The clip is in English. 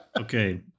Okay